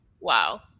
Wow